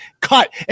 cut